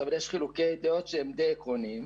אבל יש חילוקי דעות שהם די עקרוניים,